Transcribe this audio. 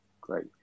Great